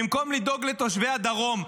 במקום לדאוג לתושבי הדרום?